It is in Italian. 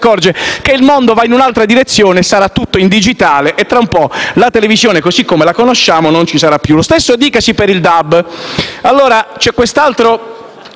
accorge che il mondo va in un'altra direzione: sarà tutto in digitale e tra un po' la televisione, così come la conosciamo, non ci sarà più. Lo stesso dicasi per il DAB.